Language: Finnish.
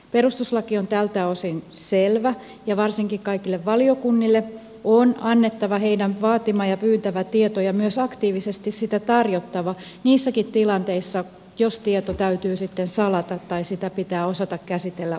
perustuslaki on tältä osin selvä ja varsinkin kaikille valiokunnille on annettava niiden vaatima ja pyytämä tieto ja myös aktiivisesti sitä tarjottava niissäkin tilanteissa jos tieto täytyy sitten salata tai sitä pitää osata käsitellä oikein